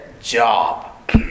job